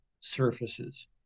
surfaces